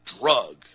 drug